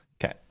Okay